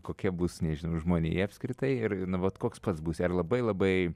kokie bus nežinau žmonija apskritai ir nu vat koks pats būsi ar labai labai